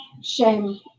shame